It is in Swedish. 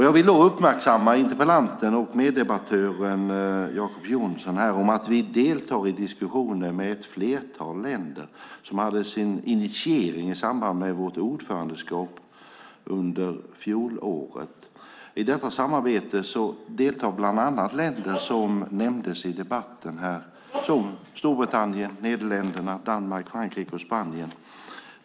Jag vill uppmärksamma interpellanten och meddebattören Jacob Johnson på att vi deltar i en diskussion med ett flertal länder som initierades i samband med vårt ordförandeskap under fjolåret. I detta samarbete deltar bland annat länder som nämndes i debatten här: Storbritannien, Nederländerna, Danmark, Frankrike och Spanien.